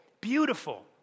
beautiful